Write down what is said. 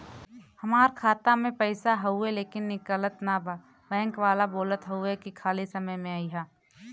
हमार खाता में पैसा हवुवे लेकिन निकलत ना बा बैंक वाला बोलत हऊवे की खाली समय में अईहा